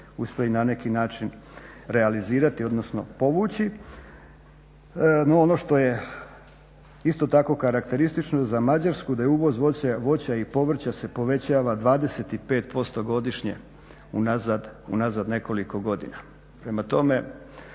uvoz voća i povrća se povećava 25% godišnje unazad nekoliko godina. Prema tome